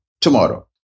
tomorrow